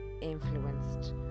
influenced